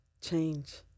change